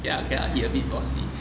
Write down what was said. ya okay lah he a bit bossy